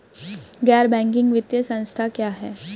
गैर बैंकिंग वित्तीय संस्था क्या है?